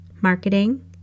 marketing